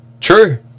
True